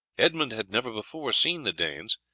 edmund had never before seen the danes,